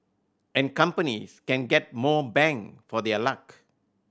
and companies can get more bang for their luck